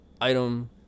item